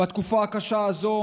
בתקופה הקשה הזאת,